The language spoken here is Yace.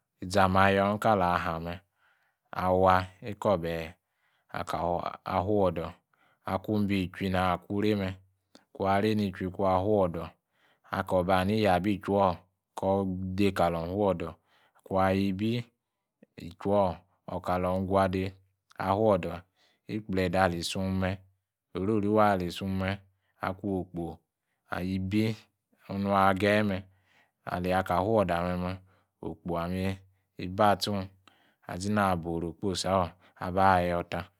Izame ayoor ni kala haa me. Awaa ikor obahe akah fuodor akung bi tchui na haa kung rei me kung arei nitchui kung afuodor. Akoba ha ni yabi ituior koor dei kalung fuodor kung ayibi ituior, oor kalung aguadei fuodor ikpledei ali suung me, orori waa ali suung me, akung okpo ayibi ommg agaye me, akaah fuodor ame me okpo ame ibaatchung. Azinaah boru okposi oor abah yoor ta